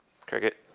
cricket